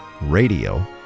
radio